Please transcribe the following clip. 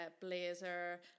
blazer